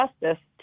justice